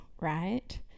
right